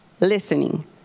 listening